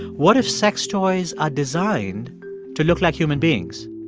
what if sex toys are designed to look like human beings?